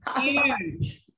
Huge